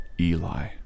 Eli